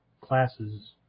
classes